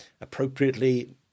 appropriately